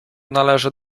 należy